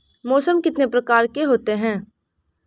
मौसम कितने प्रकार के होते हैं?